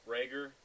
Rager